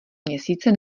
měsíce